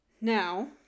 Now